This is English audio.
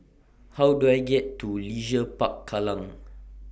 How Do I get to Leisure Park Kallang